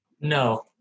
No